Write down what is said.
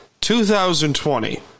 2020